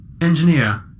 Engineer